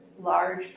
large